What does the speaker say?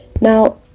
Now